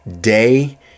day